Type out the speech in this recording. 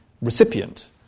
recipient